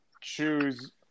choose